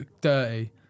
dirty